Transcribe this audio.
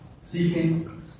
seeking